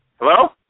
Hello